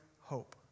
hope